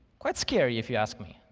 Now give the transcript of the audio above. quite scary, if you ask me.